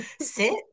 Sit